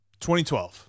2012